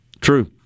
True